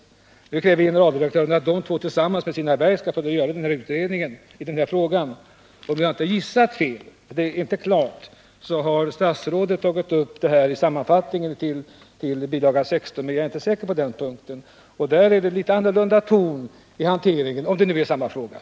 Nu kräver generaldirektörerna att de två tillsammans med sina verk skall få göra en utredning av denna fråga. Om jag inte har tagit fel — det är inte helt klart — har statsrådet tagit upp detta i sammanfattningen till bil. 16. Men jag är inte säker på den punkten. Där är tonen i hanteringen en annan än utskottets — om det nu gäller samma fråga.